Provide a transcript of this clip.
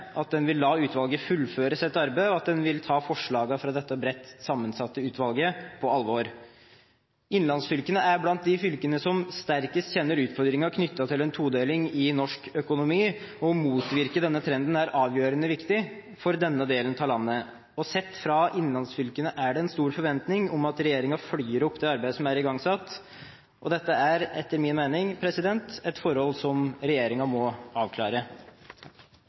at den vil la utvalget fullføre sitt arbeid, og at den vil ta forslagene fra dette bredt sammensatte utvalget på alvor. Innlandsfylkene er blant de fylkene som sterkest kjenner utfordringen knyttet til en todeling i norsk økonomi, og å motvirke denne trenden er avgjørende viktig for denne delen av landet. Sett fra innlandsfylkene er det en stor forventning om at regjeringen følger opp det arbeidet som er igangsatt, og dette er etter min mening et forhold som regjeringen må avklare.